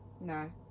No